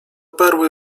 perły